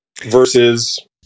versus